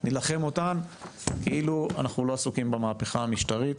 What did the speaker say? נילחם אותן כאילו אנחנו לא עסוקים במהפכה המשטרית.